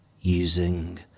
using